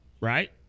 right